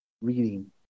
reading